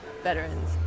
veterans